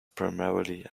primarily